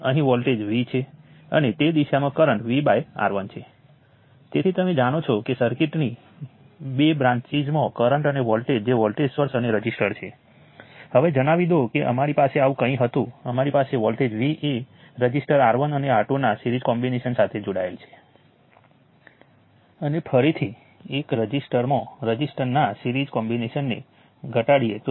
તેથી હવે તમે આ બંનેમાંથી કયું પ્રથમ કરો છો તેના આધારે તમે પહેલા KCL સમીકરણો અથવા KVL સમીકરણો લખો છો ત્યાં વિવિધ પ્રકારના એનાલિસિસ આસપાસ KVL સમીકરણોથી શરૂઆત કરો છો તો તેને લૂપ એનાલિસિસ તરીકે ઓળખવામાં આવે છે અને તેનું એક પ્રકાર જેને મેશ એનાલિસિસ કહેવામાં આવે છે